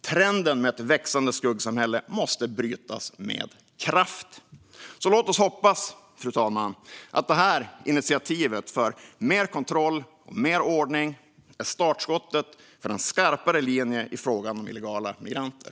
Trenden med ett växande skuggsamhälle måste brytas med kraft. Fru talman! Låt oss hoppas att detta initiativ för mer kontroll och ordning blir startskottet för en skarpare linje i frågan om illegala migranter.